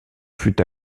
fut